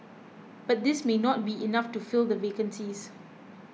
but this may not be enough to fill the vacancies